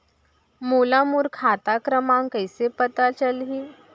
मोला मोर खाता क्रमाँक कइसे पता चलही?